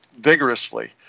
vigorously